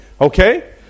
Okay